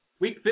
week